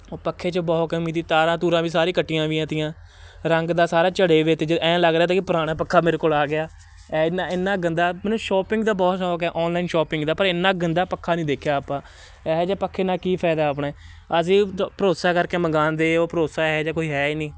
ਉਹ ਪੱਖੇ 'ਚ ਬਹੁਤ ਕਮੀ ਦੀ ਤਾਰਾਂ ਤੂਰਾਂ ਵੀ ਸਾਰੀ ਕੱਟੀਆਂ ਵੀ ਆ ਤੀਆਂ ਰੰਗ ਦਾ ਸਾਰਾ ਝੜੇ ਵੇ ਤੇ ਜੇ ਐਂ ਲੱਗ ਰਿਹਾ ਤਾ ਵੀ ਪੁਰਾਣਾ ਪੱਖਾ ਮੇਰੇ ਕੋਲ ਆ ਗਿਆ ਐਨ ਇੰਨਾ ਗੰਦਾ ਮੈਨੂੰ ਸ਼ੋਪਿੰਗ ਦਾ ਬਹੁਤ ਸ਼ੌਕ ਹੈ ਔਨਲਾਈਨ ਸ਼ਾਪਿੰਗ ਦਾ ਪਰ ਇੰਨਾ ਗੰਦਾ ਪੱਖਾ ਨਹੀਂ ਦੇਖਿਆ ਆਪਾਂ ਇਹੋ ਜਿਹੇ ਪੱਖੇ ਨਾਲ ਕੀ ਫ਼ਾਇਦਾ ਆਪਣੇ ਅਸੀਂ ਜ ਭਰੋਸਾ ਕਰਕੇ ਮੰਗਵਾਉਂਦੇ ਉਹ ਭਰੋਸਾ ਇਹੋ ਜਿਹਾ ਕੋਈ ਹੈ ਨਹੀਂ